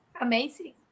amazing